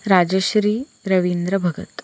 Rajshri Ravindra Bhagat